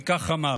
וכך אמר: